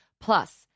Plus